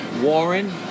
Warren